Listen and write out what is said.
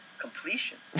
completions